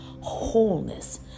Wholeness